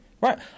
Right